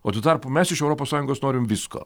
o tuo tarpu mes iš europos sąjungos norim visko